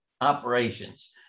operations